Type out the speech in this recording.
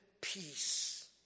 peace